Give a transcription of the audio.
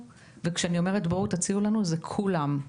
וכשאני אומרת "בואו תציעו לנו" הכוונה היא לכולם.